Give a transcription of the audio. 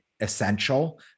essential